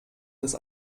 des